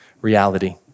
reality